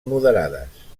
moderades